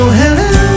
hello